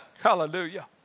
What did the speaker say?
Hallelujah